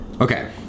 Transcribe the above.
Okay